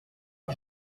que